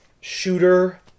Shooter